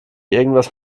irgendwas